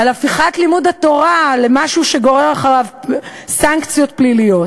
"על הפיכת לימוד התורה למשהו שגורר אחריו סנקציות פליליות,